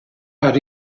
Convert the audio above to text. out